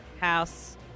house